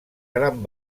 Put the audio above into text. gran